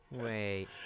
Wait